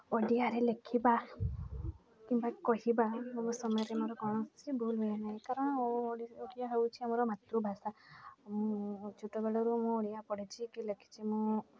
ଓଡ଼ିଆରେ ଲେଖିବା କିମ୍ବା କହିବା ମୋ ସମୟରେ ମୋର କୌଣସି ଭୁଲ୍ ହୁଏ ନାହିଁ କାରଣ ଓଡ଼ିଆ ହେଉଛି ଆମର ମାତୃଭାଷା ମୁଁ ଛୋଟବେଳରୁ ମୁଁ ଓଡ଼ିଆ ପଢ଼ିଛି କି ଲେଖିଛି ମୁଁ